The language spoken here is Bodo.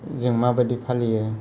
जों माबादि फालियो